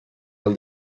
del